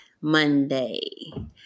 Monday